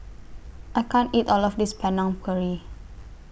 I can't eat All of This Panang Curry